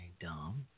dumb